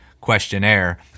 questionnaire